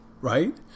Right